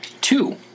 Two